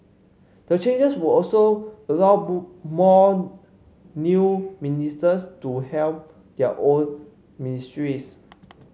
the changes will also allow more new ministers to helm their own ministries